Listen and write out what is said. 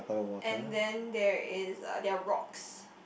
and then there is uh there are rocks